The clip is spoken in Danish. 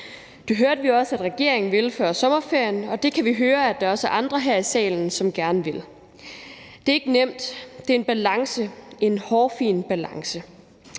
Det hørte vi også at regeringen ville før sommerferien, og det kan vi høre at der også er andre her i salen som gerne vil. Det er ikke nemt. Det er en balance – en hårfin balance.